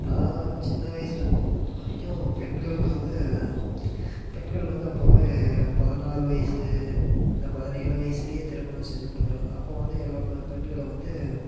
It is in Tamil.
நான் சின்ன வயிசிலேருந்து பார்த்த வரைக்கும் பெண்களுக்கு வந்து பெண்கள் வந்து அப்போவே பதினாறு வயசு இந்த பதினேழு வயிசுலேயே திருமணம் செஞ்சு கொடுக்குற அப்போ வந்து எல்லா பெ பெண்களும் வந்து